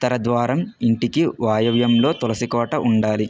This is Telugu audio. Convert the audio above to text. ఉత్తర ద్వారం ఇంటికి వాయవ్యంలో తులసి కోట ఉండాలి